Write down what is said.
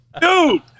Dude